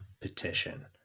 Petition